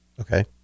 Okay